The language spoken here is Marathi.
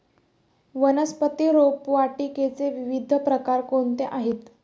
वनस्पती रोपवाटिकेचे विविध प्रकार कोणते आहेत?